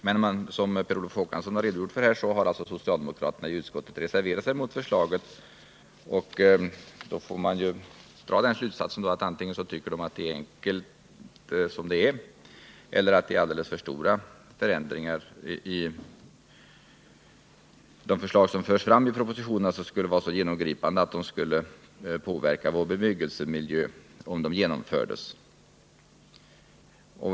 Men som Per Olof Håkansson redogjort för här har alltså socialdemokraterna i utskottet reserverat sig mot förslagen, och man får av det dra slutsatsen att de antingen tycker att det är enkelt som det är eller att det är alldeles för stora förändringar, dvs. att de förslag som förs fram i propsitionen skulle vara så genomgripande att de skulle påverka vår bebyggelsemiljö om de genomfördes.